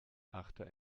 achter